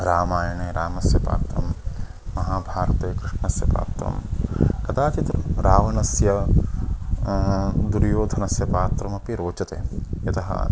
रामायणे रामस्य पात्रं महाभारते कृष्णस्य पात्रं कदाचित् रावणस्य दुर्योधनस्य पात्रमपि रोचते यतः